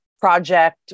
project